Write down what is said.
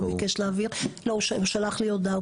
הוא ביקש להעביר, הוא שלח לי הודעה.